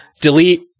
delete